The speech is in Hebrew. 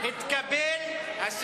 משרד לביטחון פנים,